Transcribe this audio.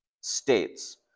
states